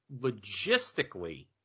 logistically